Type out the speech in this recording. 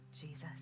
Jesus